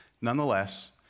Nonetheless